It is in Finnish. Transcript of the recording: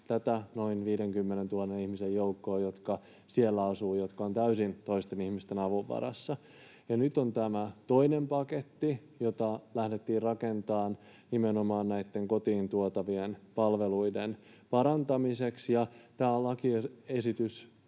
sen noin 50 000 ihmisen joukossa, jotka siellä asuvat ja jotka ovat täysin toisten ihmisten avun varassa. Nyt on tämä toinen paketti, jota lähdettiin rakentamaan nimenomaan näitten kotiin tuotavien palveluiden parantamiseksi, tämä esitys,